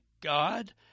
God